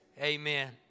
Amen